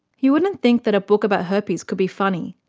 you wouldn't think that a book about herpes could be funny,